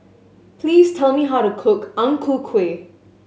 please tell me how to cook Ang Ku Kueh